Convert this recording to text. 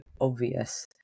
obvious